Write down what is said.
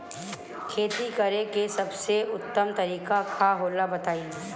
खेती करे के सबसे उत्तम तरीका का होला बताई?